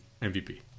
MVP